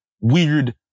weird